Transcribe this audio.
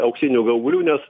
auksinių gaublių nes